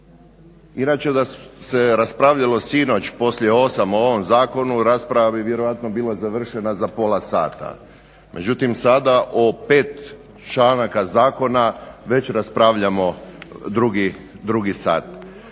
Inače da se raspravljalo sinoć poslije 8 o ovom zakonu rasprava bi vjerojatno bila završena za pola sata. Međutim, sada o pet članaka zakona već raspravljamo drugi sat.